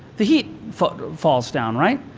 the heat falls falls down, right?